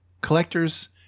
Collectors